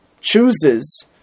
chooses